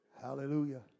hallelujah